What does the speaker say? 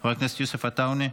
חבר הכנסת יוסף עטאונה,